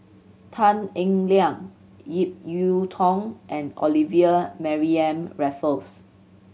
Tan Eng Liang Ip Yiu Tung and Olivia Mariamne Raffles